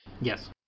Yes